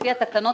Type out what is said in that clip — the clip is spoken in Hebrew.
לפי התקנות,